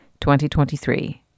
2023